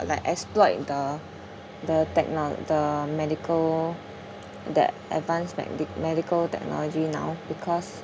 like exploit the the technol~ the medical the advanced medic~ medical technology now because